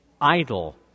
idle